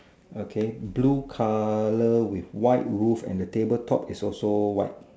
okay blue colour with white roof and the table top is also white